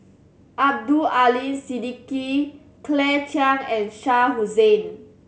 Abdul Aleem Siddique Claire Chiang and Shah Hussain